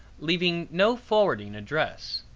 leaving no forwarding address.